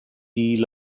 dee